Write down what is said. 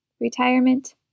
retirement